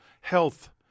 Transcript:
health